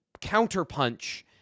counterpunch